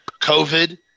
COVID